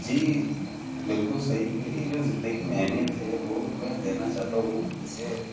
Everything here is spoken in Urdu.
جی بالکل صحیح میری جو زندگی میں اہمیت ہے وہ میں دینا چاہتا ہوں جیسے